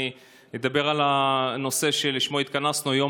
אני אדבר על הנושא שלשמו התכנסנו היום,